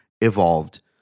evolved